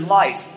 life